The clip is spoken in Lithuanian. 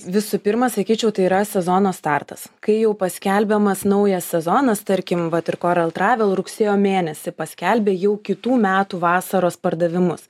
visų pirma sakyčiau tai yra sezono startas kai jau paskelbiamas naujas sezonas tarkim vat ir koral travel rugsėjo mėnesį paskelbė jau kitų metų vasaros pardavimus